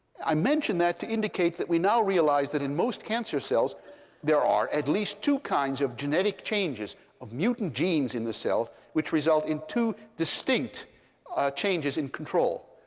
i mention that to indicate that we now realize that in most cancer cells there are at least two kinds of genetic changes of mutant genes in the cell which result in two distinct changes in control.